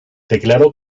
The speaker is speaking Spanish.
declaró